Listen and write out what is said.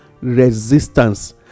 resistance